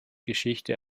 geschichte